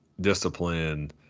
discipline